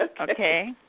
okay